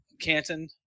Canton